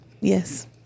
Yes